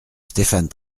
stéphane